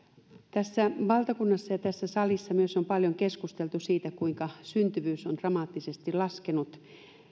tässä valtakunnassa ja tässä salissa myös on paljon keskusteltu siitä kuinka syntyvyys on dramaattisesti laskenut